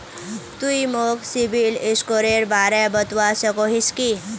तुई मोक सिबिल स्कोरेर बारे बतवा सकोहिस कि?